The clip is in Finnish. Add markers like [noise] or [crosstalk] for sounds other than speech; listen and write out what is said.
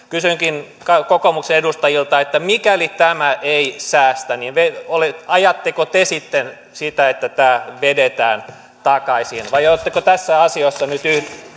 [unintelligible] kysynkin kokoomuksen edustajilta mikäli tämä ei säästä niin ajatteko te sitten sitä että tämä vedetään takaisin vai oletteko tässä asiassa